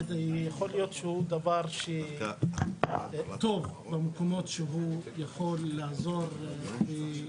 וזה יכול להיות דבר שהוא טוב במקומות שהוא יכול לקדם.